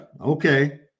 okay